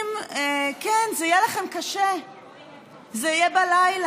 וכשמנסים, כן, זה יהיה לכם קשה, זה יהיה בלילה.